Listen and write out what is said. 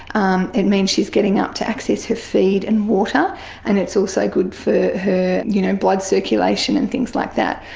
um it means she is getting up to access her feed and water and it's also good for her you know blood circulation and things like that.